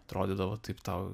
atrodydavo taip tau